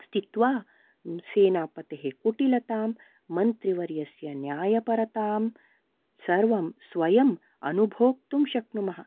स्थित्वा सेनापतेः कुटिलतां मन्त्रीवर्यस्य न्यायपरतां सर्वं स्वयम् अनुभोक्तुं शक्नुमः